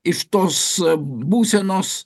iš tos būsenos